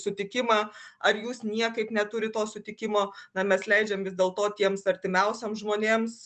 sutikimą ar jūs niekaip neturit to sutikimo na mes leidžiam vis dėlto tiems artimiausiems žmonėms